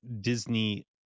Disney